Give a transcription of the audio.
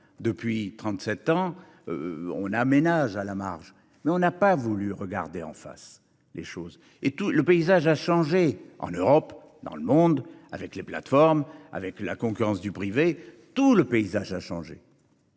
trente-sept ans, on aménage à la marge, mais on n'a pas voulu regarder les choses en face. Or le paysage a changé, en Europe, dans le monde, avec les plateformes, avec la concurrence du privé. Tout a changé